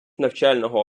навчального